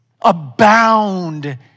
Abound